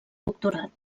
doctorat